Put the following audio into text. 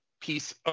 piece